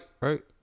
right